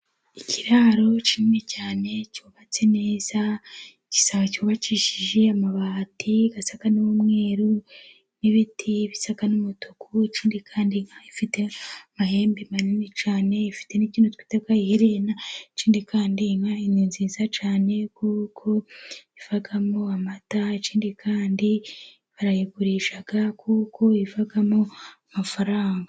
Ikiraaro kinini cyane cyubatse neza, usanga cyubakishije amabati asa n'umweru, n'ibiti bisa n'umutuku. Ikindi kandi, inka ifite amahembe manini cyane, ifite n'ikintu twita amaherena. Ikindi kandi, inka ni nziza cyane kuko ivamo amata. Ikindi kandi, barayigurisha kuko ivamo amafaranga.